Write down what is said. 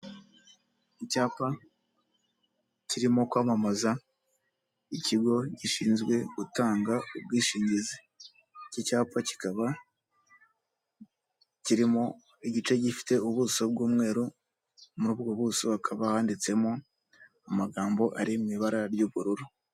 Icyapa kirimo kwamamaza, ikigo gishinzwe gutanga ubwishingizi. Iki cyapa kikaba kirimo igice gifite ubuso bw'umweru, muri ubwo buso hakaba handitsemo amagambo ari mu ibara ry'ubururu.